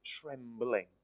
trembling